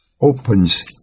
opens